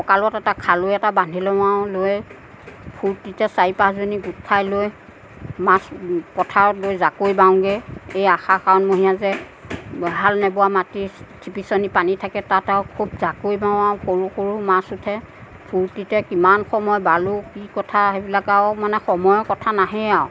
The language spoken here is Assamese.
কঁকালত এটা খালৈ এটা বান্ধি লওঁ আৰু লৈ ফূৰ্তিতে চাৰি পাঁচজনী গোট খাই লৈ মাছ পথাৰত গৈ জাকৈ বাওগৈ এই আহাৰ শাওণ মহীয়া যে হাল নোবোৱা মাটিত চিপিচনি পানী থাকে তাত আৰু খুব জাকৈ বাও আৰু সৰু সৰু মাছ উঠে ফূৰ্তিতে কিমান সময় বালো কি কথা সেই বিলাক আৰু মানে সময়ৰ কথা নাহেই আৰু